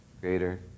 greater